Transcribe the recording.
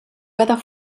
weather